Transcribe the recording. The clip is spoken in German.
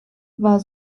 war